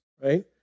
Right